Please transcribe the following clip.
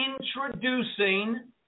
introducing